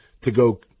to-go